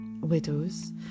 widows